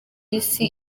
isi